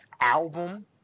album